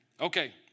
Okay